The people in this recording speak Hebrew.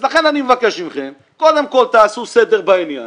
לכן אני מבקש מכם, קודם כל תעשו סדר בעניין,